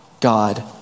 God